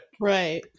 right